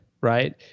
right